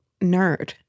nerd